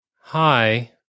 hi